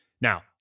Now